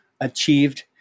achieved